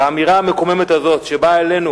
ועל האמירה המקוממת הזאת שבאה אלינו